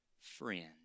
Friend